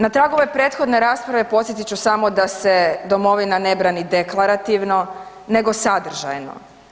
Na tragu ove prethodne rasprave, podsjetit ću samo da se domovina ne brani deklarativno nego sadržajno.